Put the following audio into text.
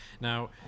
Now